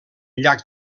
llac